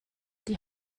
die